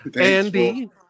Andy